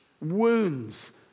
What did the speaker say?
wounds